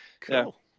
Cool